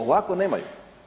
Ovako nemaju.